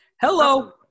hello